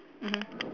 mmhmm